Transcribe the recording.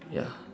ya